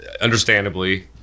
understandably